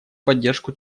поддержку